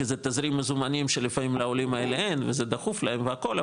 כי זה תזרים מזומנים שלפעמים לעולים האלה אין וזה דחוף להם והכול,